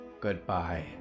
goodbye